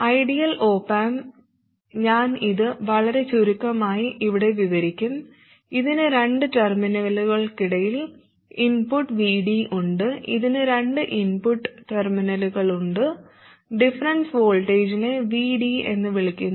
ideal op amp ഞാൻ ഇത് വളരെ ചുരുക്കമായി ഇവിടെ വിവരിക്കും ഇതിന് രണ്ട് ടെർമിനലുകൾക്കിടയിൽ ഇൻപുട്ട് Vd ഉണ്ട് ഇതിന് രണ്ട് ഇൻപുട്ട് ടെർമിനലുകളുണ്ട് ഡിഫറൻസ് വോൾട്ടേജിനെ Vd എന്ന് വിളിക്കുന്നു